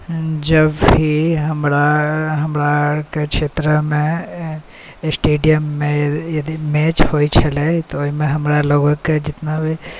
जब भी हमरा हमरा किछु क्षेत्रमे स्टेडियममे यदि मैच होइ छलै तऽ ओहिमे हमरा लोकके जितना भी